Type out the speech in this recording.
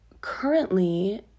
currently